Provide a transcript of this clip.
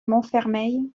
montfermeil